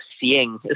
seeing